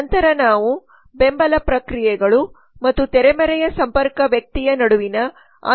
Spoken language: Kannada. ನಂತರ ನಾವು ಬೆಂಬಲ ಪ್ರಕ್ರಿಯೆಗಳು ಮತ್ತು ತೆರೆಮರೆಯ ಸಂಪರ್ಕ ವ್ಯಕ್ತಿಯ ನಡುವಿನ ಆಂತರಿಕ ಸಂವಹನದ ರೇಖೆಯನ್ನು ಹೊಂದಿದ್ದೇವೆ